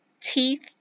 teeth